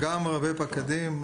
גם רבי פקדים.